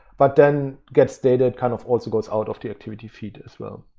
but then gets dated kind of also goes out of the activity feed as well.